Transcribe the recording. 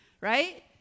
right